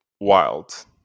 wild